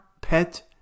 PET